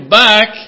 back